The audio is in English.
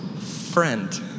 friend